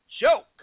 joke